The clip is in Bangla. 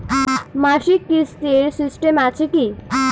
মাসিক কিস্তির সিস্টেম আছে কি?